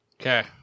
Okay